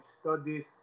studies